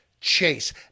Chase